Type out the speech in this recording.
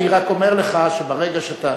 אני רק אומר לך שברגע שאתה,